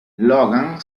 logan